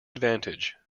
advantage